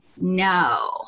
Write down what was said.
no